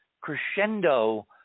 crescendo